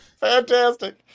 fantastic